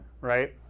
right